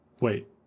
wait